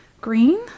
green